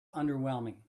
underwhelming